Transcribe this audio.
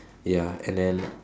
ya and then